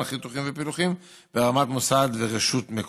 חיתוכים ופילוחים ברמת מוסד ורשות מקומית.